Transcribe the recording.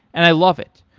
and i love it.